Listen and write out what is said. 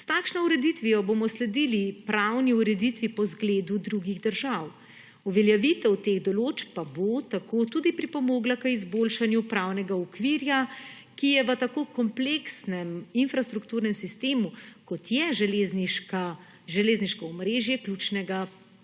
S takšno ureditvijo bomo sledili pravni ureditvi po zgledu drugih držav. Uveljavitev teh določb pa bo tako tudi pripomogla k izboljšanju pravnega okvira, ki je v tako kompleksnem infrastrukturnem sistemu, kot je železniško omrežje, ključna podlaga